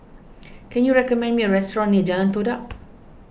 can you recommend me a restaurant near Jalan Todak